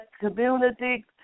community